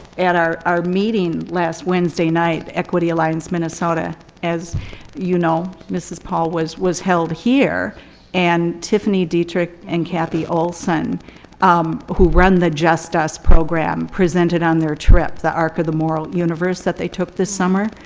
at our our meeting last wednesday night, equity alliance minnesota as you know, mrs. paul, was was held here and tiffany dietrich and kathy olson um who run the just us program presented on their trip, the arc of the moral universe that they took this summer,